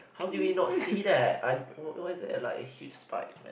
how do we not see that I wh~ why is it like a huge spike man